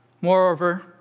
Moreover